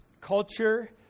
culture